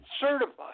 certified